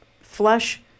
flesh